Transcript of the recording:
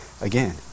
again